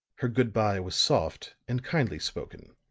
her good-by was soft and kindly spoken